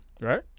Right